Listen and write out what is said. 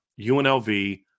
UNLV